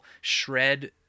shred